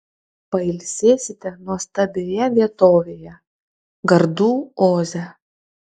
pailsėsite nuostabioje vietovėje gardų oze